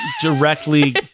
directly